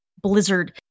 Blizzard